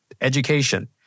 education